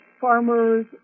farmers